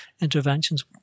interventions